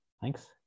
thanks